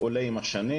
עולה עם השנים,